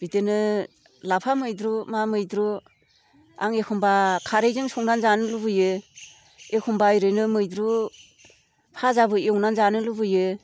बिदिनो लाफा मैद्रु मा मैद्रु आं एखनबा खारैजों संनानै जानो लुबैयो एखनबा ओरैनो मैद्रु भाजाबो एवनानै जानो लुबैयो